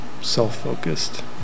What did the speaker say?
self-focused